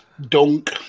Dunk